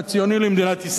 הציוני, למדינת ישראל.